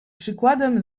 przykładem